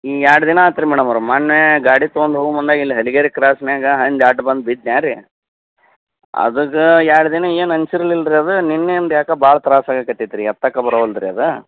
ಈ ಎರಡು ದಿನ ಆಯಿತ್ರಿ ಮೇಡಮ್ಮವ್ರೇ ಮೊನ್ನೆ ಗಾಡಿ ತೊಗೊಂಡು ಹೋಗೋ ಮುಂದಾಗ ಇಲ್ಲಿ ಹಳಗೇರಿ ಕ್ರಾಸ್ ಮ್ಯಾಗ ಹಂದಿ ಅಡ್ಡ ಬಂದು ಬಿದ್ನ್ಯಾ ರೀ ಅದಕ್ಕೆ ಎರಡು ದಿನ ಏನು ಅನ್ಸಿರ್ಲಿಲ್ಲ ರೀ ಅದು ನಿನ್ನೆಯಿಂದ ಯಾಕೋ ಭಾಳ್ ತ್ರಾಸಾಗಾಕತ್ತೈತಿ ರೀ ಎತ್ತೋಕೆ ಬರೋವಲ್ದು ರೀ ಅದು